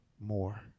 more